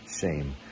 shame